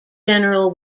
general